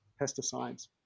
pesticides